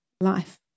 life